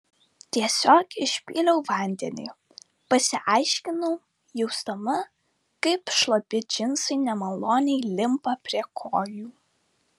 tiesiog išpyliau vandenį pasiaiškinau jausdama kaip šlapi džinsai nemaloniai limpa prie kojų